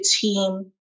team